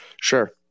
sure